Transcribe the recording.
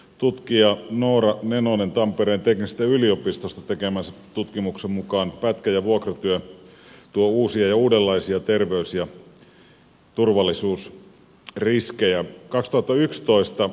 tutkija noora nenosen tampereen teknillisestä yliopistosta tekemän tutkimuksen mukaan pätkä ja vuokratyö tuo uusia ja uudenlaisia terveys ja turvallisuusriskejä